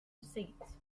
seats